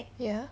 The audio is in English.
ya